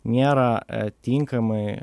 nėra tinkamai